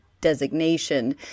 designation